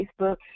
Facebook